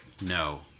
No